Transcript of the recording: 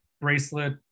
bracelet